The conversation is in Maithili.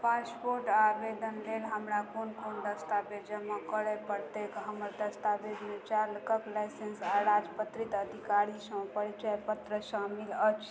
पासपोर्ट आबेदन लेल हमरा कोन कोन दस्तावेज जमा करय पड़तैक हमर दस्तावेजमे चालकक लाइसेंस आ राजपत्रित अधिकारीसँ परिचय पत्र शामिल अछि